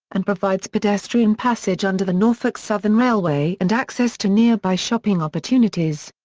and provides pedestrian passage under the norfolk southern railway and access to nearby shopping opportunities.